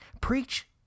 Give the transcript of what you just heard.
Preach